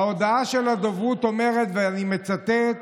ההודעה של הדוברות אומרת, ואני מצטט: